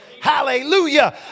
Hallelujah